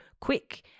quick